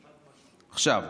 עכשיו,